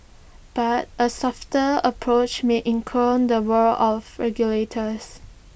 but A softer approach may incur the wrath of regulators